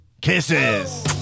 Kisses